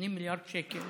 80 מיליארד שקל